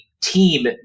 team